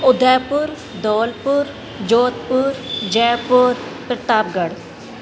Udaipur Dholpur Jodhpur Jaipur Pratapgarh